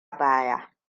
baya